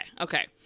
okay